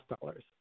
dollars